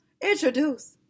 Introduce